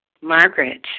Margaret